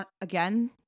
Again